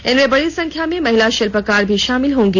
इनमें बडी संख्या में महिला शिल्पकार भी शामिल होंगी